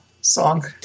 song